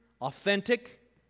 authentic